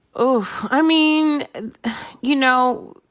oof. i mean you know,